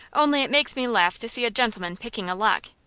only it makes me laugh to see a gentleman picking a lock.